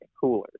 cooler